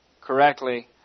correctly